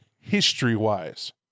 history-wise